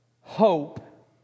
hope